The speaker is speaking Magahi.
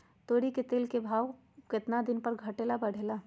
तोरी के तेल के भाव केतना दिन पर घटे ला बढ़े ला?